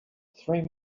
three